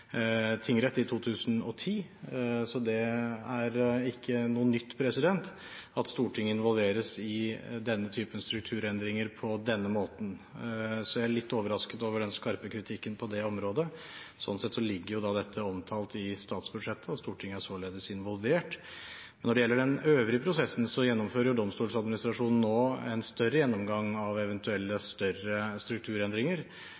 er ikke noe nytt at Stortinget involveres i denne typen strukturendringer på denne måten. Så jeg er litt overrasket over den skarpe kritikken på det området. Sånn sett er jo dette omtalt i statsbudsjettet, og Stortinget er således involvert. Når det gjelder den øvrige prosessen, så gjennomfører Domstoladministrasjonen nå en større gjennomgang av eventuelle større strukturendringer.